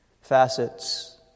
facets